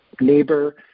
neighbor